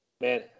Man